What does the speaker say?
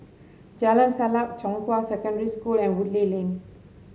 Jalan Sajak Zhonghua Secondary School and Woodleigh Lane